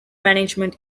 management